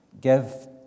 Give